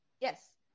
yes